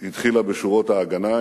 היא התחילה בשורות "ההגנה",